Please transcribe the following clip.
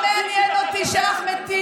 מה את רוצה, ערבי